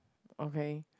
okay